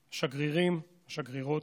שגרירים, שגרירות,